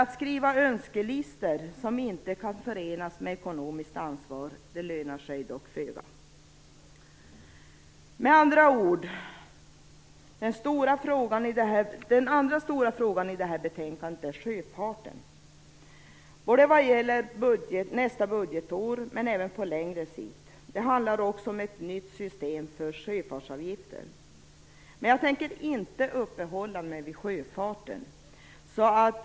Att skriva önskelistor som inte kan förenas med ett ekonomiskt ansvar lönar sig dock föga. Den andra stora frågan i detta betänkande handlar om sjöfarten för nästa budgetår och även på längre sikt. Det handlar också om ett nytt system för sjöfartsavgifter. Men jag tänker inte uppehålla mig vid sjöfarten.